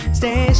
stay